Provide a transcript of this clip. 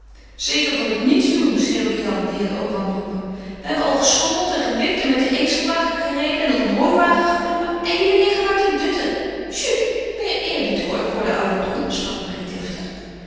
zeker van het nietsdoen schreeuwde jan die hen ook kwam roepen wij hebben al geschommeld en gewipt en met de ezelwagen gereden en op een hooiwagen geklommen en jullie liggen maar te dutten chut meer eerbied hoor voor den ouderdom sprak marie deftig